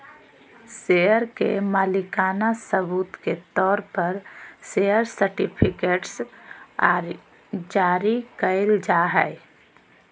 share के मालिकाना सबूत के तौर पर शेयर सर्टिफिकेट्स जारी कइल जाय हइ